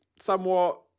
somewhat